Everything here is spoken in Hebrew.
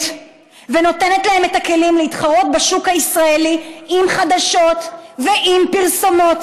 ונותנת להם את הכלים להתחרות בשוק הישראלי עם חדשות ועם פרסומות.